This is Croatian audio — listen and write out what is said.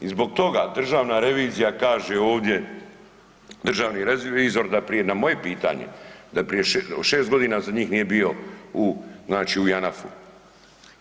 I zbog toga državna revizija kaže ovdje, državni revizor da prije, na moje pitanje, da prije 6 godina za njih nije bio znači u JANAF-u.